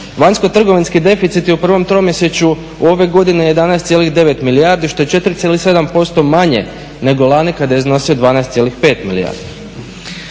Vanjsko trgovinski deficit je u prvom tromjesečju u ovoj godini 11,9 milijardi što je 4,7% manje nego lani kada je iznosio 12,5 milijardi.